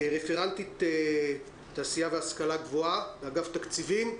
רפרנטית תעשייה והשכלה גבוהה באגף תקציבים.